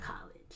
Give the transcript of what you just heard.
college